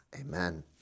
Amen